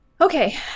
Okay